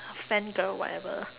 fangirl whatever